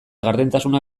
gardentasuna